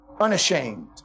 Unashamed